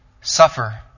Suffer